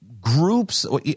groups